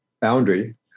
boundary